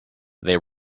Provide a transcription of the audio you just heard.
they